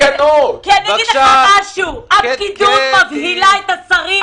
אגיד לך, הפקידות מבהילה את השרים.